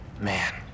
Man